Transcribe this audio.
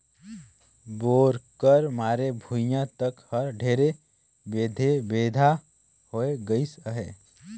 bore कर मारे भुईया तक हर ढेरे बेधे बेंधा होए गइस अहे